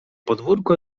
podwórko